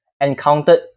encountered